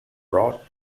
brought